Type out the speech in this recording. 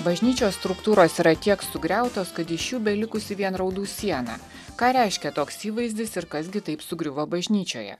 bažnyčios struktūros yra tiek sugriautos kad iš jų belikusi vien raudų siena ką reiškia toks įvaizdis ir kas gi taip sugriuvo bažnyčioje